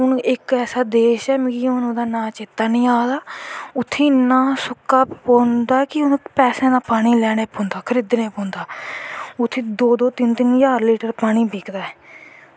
हून इक ऐसा देश ऐ मिगी हून चेत्ता नी आ दा उत्थें इन्नां सुक्का पौंदा कि उनैं पीनैं दै पानी लैना पौंदा खरीदना पौंदा उत्थें दो दो ज्हार तिन्न तिन्न ज्हार लीटर पानी बिकदा ऐ